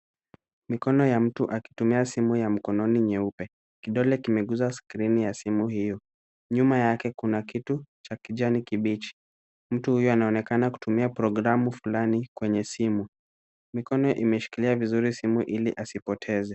Mikono ya mtu akikitumia simu ya mkononi nyeupe, kidole kimeguza skrini ya simu hiyo, nyuma yake kuna kitu cha kijani kibichi. Mtu huyo anaonekana kutumia programu fulani kwenye simu. Mikono imeshikilia vizuri simu ili asipoteze.